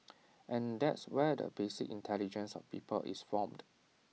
and that's where the basic intelligence of people is formed